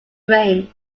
range